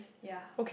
ya